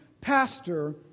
pastor